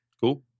Cool